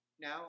Now